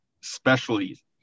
specialties